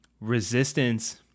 resistance